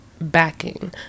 backing